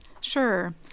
sure